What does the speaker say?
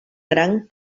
gran